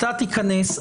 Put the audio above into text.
אתה תיכנס,